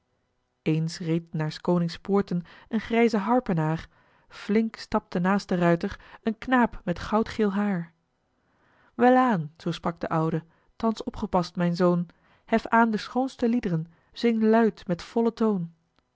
eens reed naar s konings poorten een grijze harpenaar flink stapte naast den ruiter een knaap met goudgeel haar welaan zoo sprak de oude thans opgepast mijn zoon hef aan de schoonste lied'ren zing luid met vollen toon